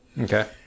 Okay